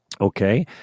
okay